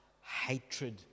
hatred